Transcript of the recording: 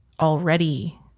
already